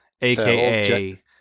aka